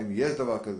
האם יש דבר כזה?